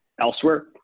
elsewhere